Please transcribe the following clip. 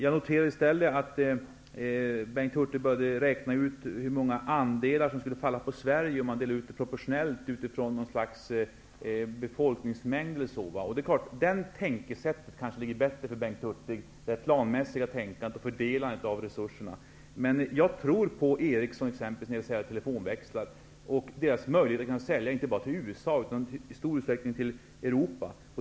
Bengt Hurtig började räkna ut hur många andelar som skulle falla på Sverige om man delade ut det proportionellt utifrån befolkningsmängden. Det tankesättet ligger kanske bättre för Bengt Hurtig med det planmässiga tänkandet och fördelandet av resurserna. Jag tror på t.ex. Ericsson när det gäller dess möjligheter att sälja telefonväxlar inte bara till USA, utan också i stor utsträckning till Europa.